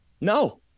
no